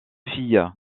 filles